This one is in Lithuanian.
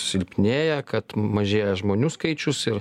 silpnėja kad mažėja žmonių skaičius ir